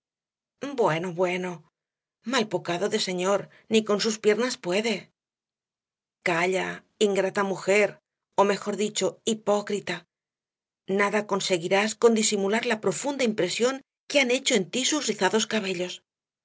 bueno bueno malpocado de señor ni con sus piernas puede calla ingrata mujer ó mejor dicho hipócrita nada conseguirás con disimular la profunda impresión que han hecho en ti sus rizados cabellos